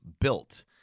built